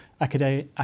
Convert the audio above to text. academic